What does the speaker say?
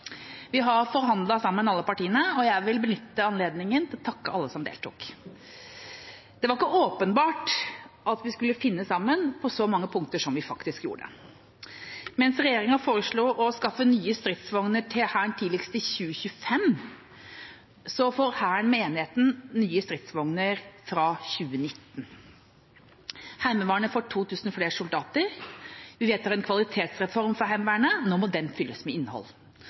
Vi har forhandlet sammen, alle partiene, og jeg vil benytte anledningen til å takke alle som deltok. Det var ikke åpenbart at vi skulle finne sammen på så mange punkter som vi faktisk gjorde. Mens regjeringa foreslo å skaffe nye stridsvogner til Hæren tidligst i 2025, får Hæren med enigheten nye stridsvogner fra 2019. Heimevernet får 2 000 flere soldater, og vi vedtar en kvalitetsreform for Heimevernet, og nå må den fylles med innhold.